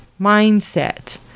mindset